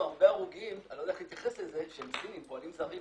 לאור העובדה שצריכים לבוא ולשמוע